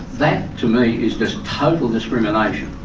that to me is just total discrimination.